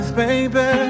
baby